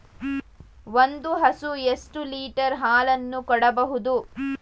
ಒಂದು ಹಸು ಎಷ್ಟು ಲೀಟರ್ ಹಾಲನ್ನು ಕೊಡಬಹುದು?